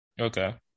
Okay